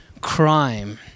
crime